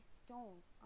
stones